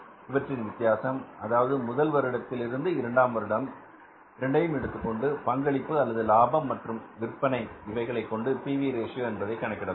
இவற்றின் வித்தியாசம் அதாவது முதல் வருடம் வருடத்திலிருந்து இரண்டாவது வருடம் இரண்டையும் எடுத்துக்கொண்டு பங்களிப்பு அல்லது லாபம் மற்றும் விற்பனை இவைகளை கொண்டு பி வி ரேஷியோ என்பதை கணக்கிடலாம்